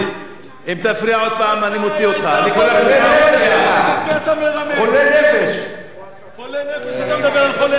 אתה מדבר על הגונבים?